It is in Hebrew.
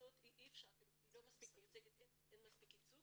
אין מספיק ייצוג